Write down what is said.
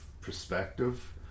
perspective